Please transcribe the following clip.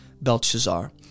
Belshazzar